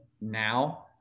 now